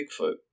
bigfoot